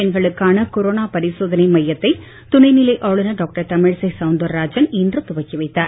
பெண்களுக்கான கொரோனா பாிசோதனை மையத்தை துணை நிலை ஆளுநர் டாக்டர் தமிழிசை சௌந்தரராஜன் துவக்கி வைத்தார்